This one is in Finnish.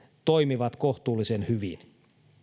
toimivat kohtuullisen hyvin